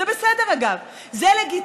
זה בסדר, אגב, זה לגיטימי.